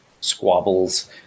squabbles